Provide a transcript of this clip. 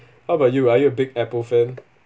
how about you are you a big Apple fan